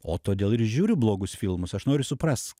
o todėl ir žiūriu blogus filmus aš noriu suprast